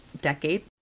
decade